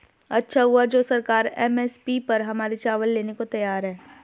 अच्छा हुआ जो सरकार एम.एस.पी पर हमारे चावल लेने को तैयार है